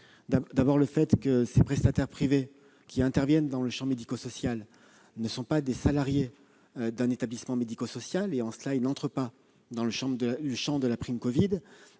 défavorable. Les prestataires privés qui interviennent dans le champ médico-social ne sont pas des salariés d'un établissement médico-social et, en cela, n'entrent pas dans le champ de la prime covid.